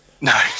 No